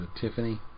Tiffany